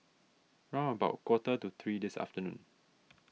round about quarter to three this afternoon